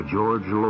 George